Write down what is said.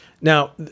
Now